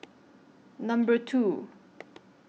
Number two